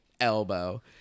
elbow